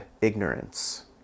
ignorance